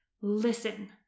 Listen